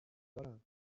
دارم